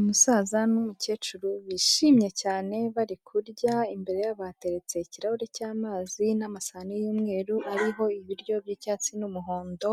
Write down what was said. Umusaza n'umukecuru bishimye cyane bari kurya, imbere yabo hateretse ikirahuri cy'amazi n'amasahani y'umweru, ariho ibiryo by'icyatsi n'umuhondo,